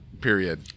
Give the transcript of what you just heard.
period